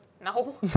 No